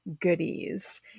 goodies